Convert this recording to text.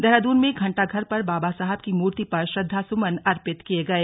देहरादून में घंटाघर पर बाबा साहब की मूर्ति पर श्रद्धासुमन अर्पित किये गए